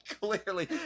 Clearly